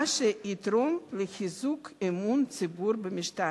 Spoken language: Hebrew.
מה שיתרום לחיזוק אמון הציבור במשטרה.